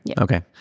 Okay